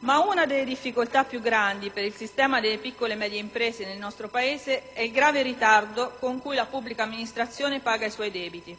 Una delle difficoltà più grandi per il sistema delle piccole e medie imprese nel nostro Paese è il grave ritardo con cui la pubblica amministrazionepaga i suoi debiti.